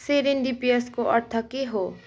सेरेन्डिपियसको अर्थ के हो